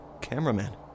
cameraman